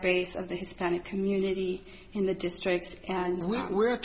base of the hispanic community in the district and we're